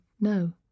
no